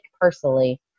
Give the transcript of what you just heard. personally